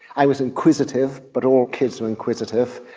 i was inquisitive, but all kids are inquisitive.